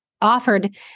offered